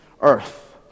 Earth